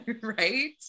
Right